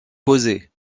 posé